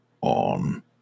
on